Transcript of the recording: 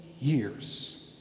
years